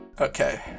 Okay